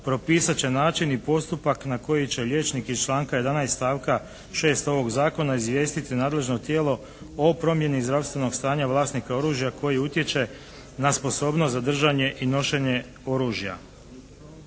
propisat će način i postupak na koji će liječnik iz članka 11. stavka 6. ovog Zakona izvijestiti nadležno tijelo o promjeni zdravstvenog stanja vlasnika oružja koji utječe na sposobnost za držanje i nošenje oružja.